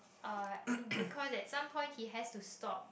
uh because at some point he has to stop